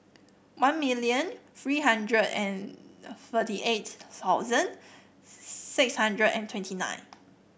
one million three hundred and thirty eight thousand six hundred and twenty nine